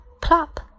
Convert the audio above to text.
plop